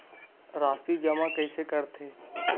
राशि जमा कइसे करथे?